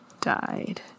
died